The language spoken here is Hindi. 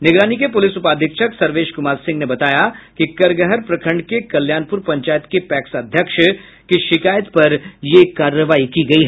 निगरानी के पुलिस उपाधीक्षक सर्वेश कुमार सिंह ने बताया कि करगहर प्रखंड के कल्याणपुर पंचायत के पैक्स अध्यक्ष की शिकायत पर ये कार्रवाई की गयी